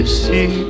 see